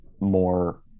more